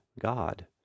God